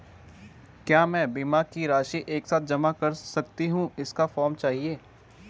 क्या मैं बीमा की राशि एक साथ जमा कर सकती हूँ इसका फॉर्म चाहिए?